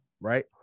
Right